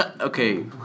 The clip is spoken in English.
Okay